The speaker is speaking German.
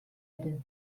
erde